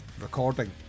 recording